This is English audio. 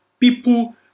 people